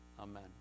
Amen